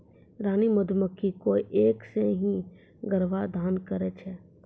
रानी मधुमक्खी कोय एक सें ही गर्भाधान करै छै